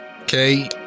Okay